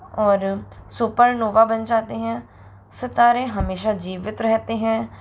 और सुपरनोवा बन जाते हैं सितारे हमेशा जीवित रहते हैं